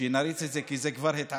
שנריץ את זה כי זה התעכב